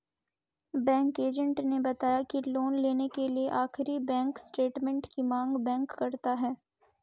bank agent ने बताया की लोन लेने के लिए आखिरी बैंक स्टेटमेंट की मांग बैंक करता है